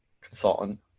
consultant